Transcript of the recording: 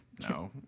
No